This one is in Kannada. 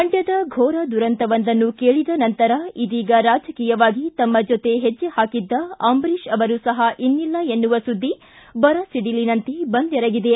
ಮಂಡ್ಕದ ಫೋರ ದುರಂತವೊಂದನ್ನು ಕೇಳಿದ ನಂತರ ಇದೀಗ ರಾಜಕೀಯವಾಗಿ ತಮ್ಮ ಜೊತೆ ಹೆಜ್ಜೆ ಹಾಕಿದ್ದ ಅಂಬರೀಶ್ ಅವರು ಸಹಾ ಇನ್ನಿಲ್ಲ ಎನ್ನುವ ಸುದ್ದಿ ಬರಸಿಡಿಲಿನಂತೆ ಬಂದೆರಗಿದೆ